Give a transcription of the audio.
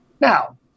Now